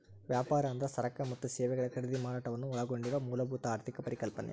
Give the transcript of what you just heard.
ವ್ಯಾಪಾರ ಅಂದ್ರ ಸರಕ ಮತ್ತ ಸೇವೆಗಳ ಖರೇದಿ ಮಾರಾಟವನ್ನ ಒಳಗೊಂಡಿರೊ ಮೂಲಭೂತ ಆರ್ಥಿಕ ಪರಿಕಲ್ಪನೆ